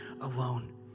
alone